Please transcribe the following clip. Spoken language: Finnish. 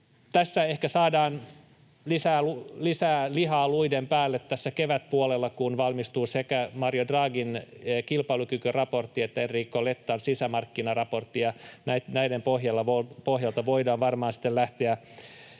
Tässä ehkä saadaan lisää lihaa luiden päälle kevätpuolella, kun valmistuu sekä Mario Draghin kilpailukykyraportti että Enrico Lettan sisämarkkinaraportti. Näiden pohjalta voidaan varmaan sitten lähteä